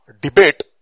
debate